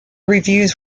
reviews